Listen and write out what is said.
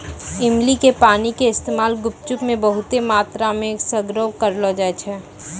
इमली के पानी के इस्तेमाल गुपचुप मे बहुते मात्रामे सगरे करलो जाय छै